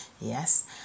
Yes